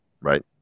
right